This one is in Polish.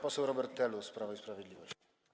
Poseł Robert Telus, Prawo i Sprawiedliwość.